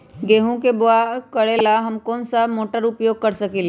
गेंहू के बाओ करेला हम कौन सा मोटर उपयोग कर सकींले?